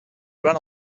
ran